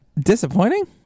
Disappointing